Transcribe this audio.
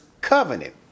covenant